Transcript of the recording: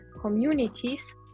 communities